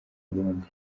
burundi